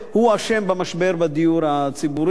הוא אשם במשבר בדיור הציבורי.